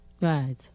Right